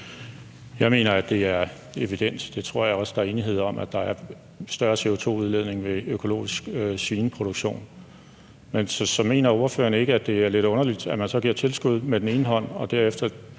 Jeg mener, at det er evident, og det tror jeg også at der er enighed om, nemlig at der er større CO2-udledning ved økologisk svineproduktion. Så mener ordføreren ikke, at det er lidt underligt, at man så giver tilskud med den ene hånd og derefter